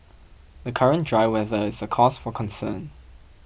the current dry weather is a cause for concern